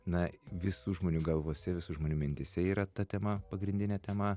na visų žmonių galvose visų žmonių mintyse yra ta tema pagrindinė tema